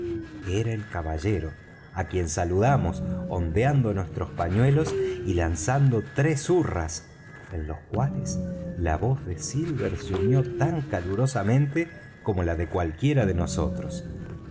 era el caballero á quien saludamos ondeando nuestros pañuelos y lanzando tres hurras en los cuales la voz de silver se unió tan calurosamente como la de cualquiera de nosotros